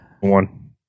one